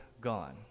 gone